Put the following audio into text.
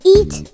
Eat